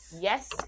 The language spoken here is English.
yes